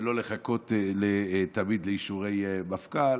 ולא לחכות תמיד לאישורי מפכ"ל.